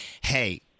hey